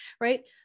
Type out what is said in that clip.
right